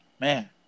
man